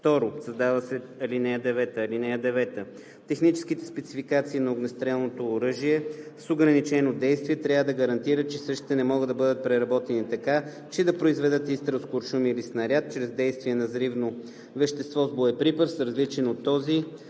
2. Създава се ал. 9: „(9) Техническите спецификации за огнестрелното оръжие с ограничено действие трябва да гарантират, че същите не могат да бъдат преработени така, че да произведат изстрел с куршум или снаряд чрез действие на взривно вещество с боеприпас, различен от този,